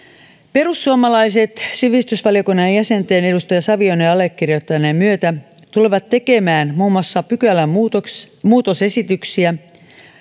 perussuomalaiset sivistysvaliokunnan jäsenten edustaja savion ja allekirjoittaneen myötä tulevat tekemään muun muassa pykälämuutosesityksiä